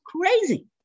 crazy